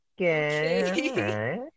Okay